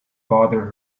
bother